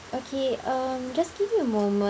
okay um just give me a moment